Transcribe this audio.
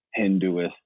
hinduist